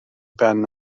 ben